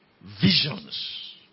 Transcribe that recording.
Visions